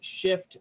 shift